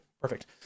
perfect